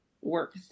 work